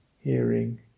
hearing